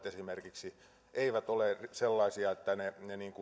esimerkiksi eivät ole sellaisia että ne